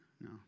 No